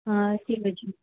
ହଁ ଠିକ୍ ଅଛି